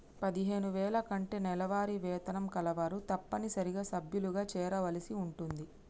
పదిహేను వేల కంటే నెలవారీ వేతనం కలవారు తప్పనిసరిగా సభ్యులుగా చేరవలసి ఉంటుంది